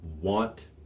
want